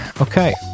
okay